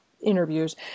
interviews